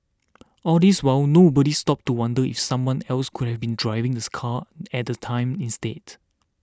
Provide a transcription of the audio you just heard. all this while nobody stopped to wonder if someone else could have been driving the car at the time instead